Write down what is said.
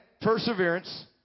perseverance